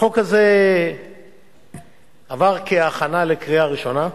החוק הזה עבר כהכנה לקריאה ראשונה,